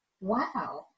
wow